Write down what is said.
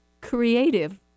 creative